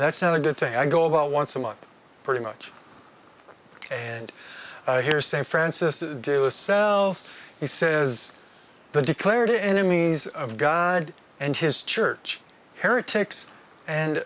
that's not a good thing i go about once a month pretty much and here say francis do a self he says the declared enemies of god and his church heretics and